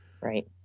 Right